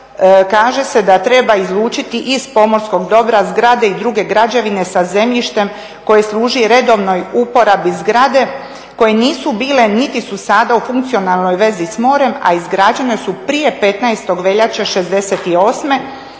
kaže se da treba izlučiti iz pomorskog dobra zgrade i druge građevine sa zemljištem koje služi redovnoj uporabi zgrade koje nisu bile niti su sada u funkcionalnoj vezi s morem, a izgrađene su prije 15. veljače '68.